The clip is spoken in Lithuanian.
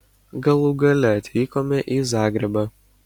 galų gale atvykome į zagrebą